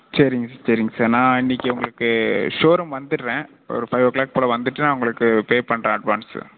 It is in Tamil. சரிங்க சார் சரிங்க சார் நான் இன்னிக்கு உங்களுக்கு ஷோரூம் வந்துடுறேன் ஒரு ஃபைவ் ஓ க்ளாக் போல் வந்துவிட்டு நான் உங்களுக்கு பே பண்ணுறேன் அட்வான்ஸு